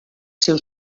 seus